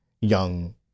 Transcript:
young